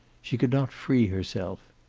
she could not free herself.